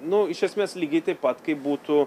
nu iš esmės lygiai taip pat kaip būtų